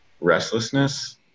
restlessness